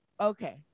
Okay